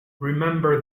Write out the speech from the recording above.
remember